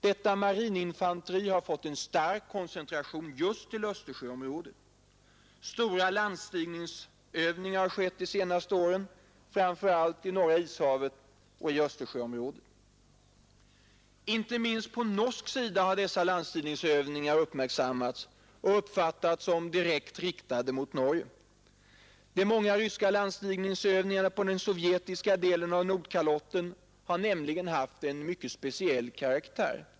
Detta marininfanteri har fått en stark koncentration till Östersjöområdet. Stora landstigningsövningar har skett de senaste åren, framför allt i Norra ishavet och i Östersjöområdet. Inte minst på norsk sida har dessa landstigningsövningar uppmärksammats och uppfattats som direkt riktade mot Norge. De många ryska landstigningsövningarna på den sovjetiska delen av Nordkalotten har nämligen haft en speciell karaktär.